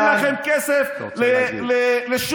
אין לכם כסף לילדים החרדים,